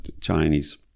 Chinese